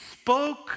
spoke